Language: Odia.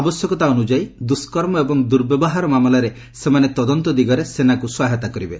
ଆବଶ୍ୟକତା ଅନୁଯାୟୀ ଦୁଷ୍କର୍ମ ଏବଂ ଦୁର୍ବ୍ୟବହାର ମାମଲାରେ ସେମାନେ ତଦନ୍ତ ଦିଗରେ ସେନାକୁ ସହାୟତା କରିବେ